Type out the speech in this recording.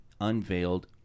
unveiled